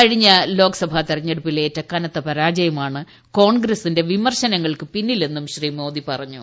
കഴിഞ്ഞ ലോക്സഭ തെരഞ്ഞെടുപ്പിൽ ഏറ്റ കനത്ത പരാജയമാണ് കോൺഗ്രസിന്റെ വിമർശനങ്ങൾക്ക് പിന്നിലെന്നും ശ്രീ മോദി പറഞ്ഞു